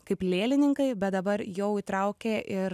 kaip lėlininkai bet dabar jau įtraukė ir